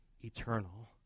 eternal